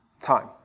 time